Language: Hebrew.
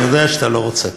אני יודע שאתה לא רוצה.